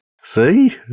See